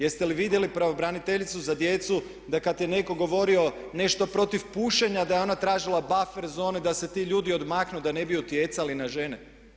Jeste li vidjeli pravobraniteljicu za djecu da kad je netko govorio nešto protiv pušenja da je ona tražila buffer zone da se ti ljudi odmaknu, da ne bi utjecali na žene?